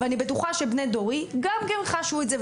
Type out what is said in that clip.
ואני בטוחה שבני דורי חשו את זה גם כן.